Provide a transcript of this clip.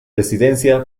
residencia